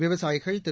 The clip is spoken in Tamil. விவசாயிகள் திரு